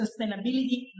sustainability